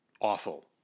awful